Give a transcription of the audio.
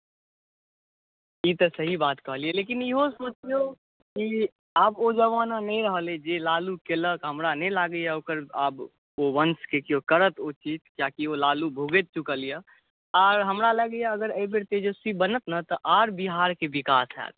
ई तऽ सही बात कहलियै यऽ लेकिन इहो सोचियौ जे आब ओ जमाना नहि रहलै जे लालु केलक हमरा नहि लागैया ओकर आब ओ वन्शके करत केओ चीज किएकि ओ लालु भुगति चुकल यऽ आर हमरा लगैया एहि बेर तेजस्वी बनत ने तऽ आर बिहारके विकास होयत